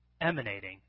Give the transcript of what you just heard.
emanating